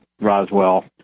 Roswell